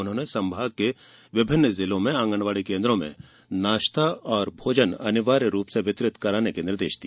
उन्होंने संभाग के विभिन्न जिलों में आंगनवाड़ी केंद्रों में नाश्ता और भोजन अनिवार्य रूप से वितरित कराने के निर्देश दिए